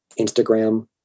Instagram